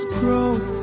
grow